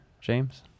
James